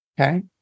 Okay